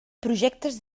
projectes